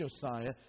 Josiah